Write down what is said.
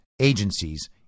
agencies